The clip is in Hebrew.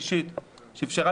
רשום